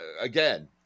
Again